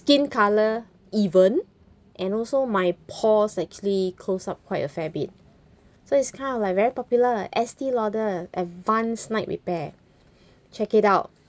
skin colour even and also my pores actually close up quite a fair bit so it's kind of like very popular estee lauder advanced night repair check it out